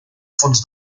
fons